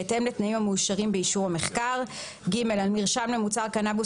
בהתאם לתנאים המאושרים באישור המחקר; על מרשם למוצר קנבוס